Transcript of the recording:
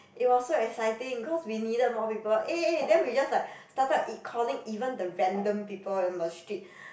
it was so exciting cause we needed more people eh eh then we just like started even calling the random people on the street